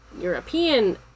European